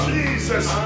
Jesus